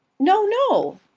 no, no!